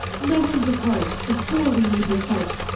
let him depart, before we neede his helpe